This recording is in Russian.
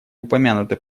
упомянуты